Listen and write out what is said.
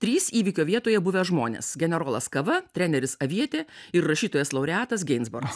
trys įvykio vietoje buvę žmonės generolas kava treneris avietė ir rašytojas laureatas geinsboras